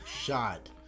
shot